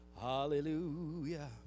Hallelujah